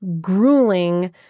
grueling